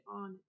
on